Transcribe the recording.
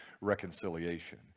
reconciliation